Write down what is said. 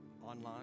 online